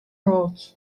wrote